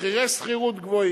מחירי שכירות גבוהים.